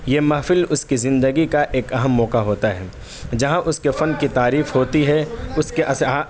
یہ محفل اس کی زندگی کا ایک اہم موقع ہوتا ہے جہاں اس کے فن کی تعریف ہوتی ہے اس کے